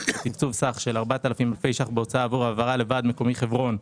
תקצוב סך של 4,000 אלפי ש"ח בהוצאה עבור העברה לוועד מקומי חברון,